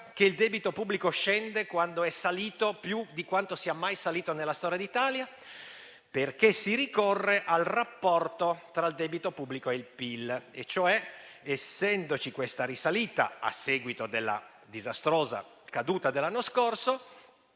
che il debito pubblico scende quando è salito più di quanto sia mai cresciuto nella storia d'Italia? È possibile perché si ricorre al rapporto tra il debito pubblico e il PIL e cioè essendoci questa risalita, a seguito della disastrosa caduta dell'anno scorso,